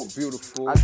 beautiful